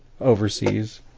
overseas